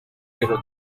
quiero